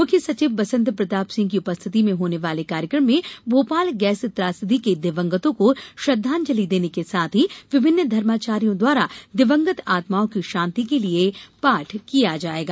मुख्य सचिव बसंत प्रताप सिंह की उपस्थिति में होने वाले कार्यक्रम में भोपाल गैस त्रासदी के दिवंगतों को श्रद्वांजलि देने के साथ विभिन्न धर्माचार्यों द्वारा दिवंगत आत्माओं की शांति के लिये पाठ किया जायेगा